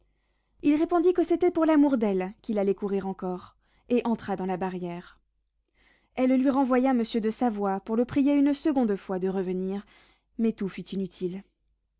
il répondit que c'était pour l'amour d'elle qu'il allait courir encore et entra dans la barrière elle lui renvoya monsieur de savoie pour le prier une seconde fois de revenir mais tout fut inutile